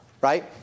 right